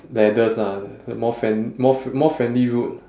ladders ah more friend~ more f~ more friendly route